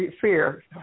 fear